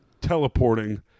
teleporting